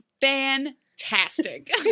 fantastic